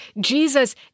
Jesus